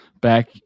back